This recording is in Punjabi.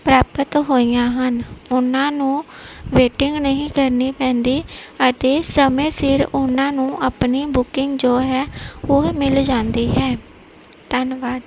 ਪ੍ਰਾਪਤ ਹੋਈਆਂ ਹਨ ਉਹਨਾਂ ਨੂੰ ਵੇਟਿੰਗ ਨਹੀਂ ਕਰਨੀ ਪੈਂਦੀ ਅਤੇ ਸਮੇਂ ਸਿਰ ਉਹਨਾਂ ਨੂੰ ਆਪਣੀ ਬੁਕਿੰਗ ਜੋ ਹੈ ਉਹ ਮਿਲ ਜਾਂਦੀ ਹੈ ਧੰਨਵਾਦ